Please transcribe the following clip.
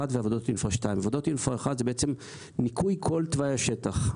ועבודות אינפרה 2. עבודות אינפרה 1 זה בעצם ניקוי כל תוואי השטח.